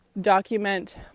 document